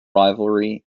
rivalry